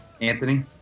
anthony